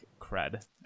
cred